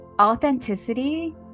authenticity